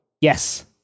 Yes